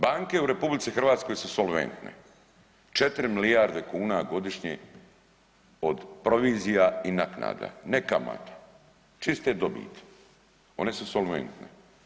Banke u RH su solventne 4 milijarde kuna godišnje od provizija i naknada ne kamata, čiste dobiti, one su solventne.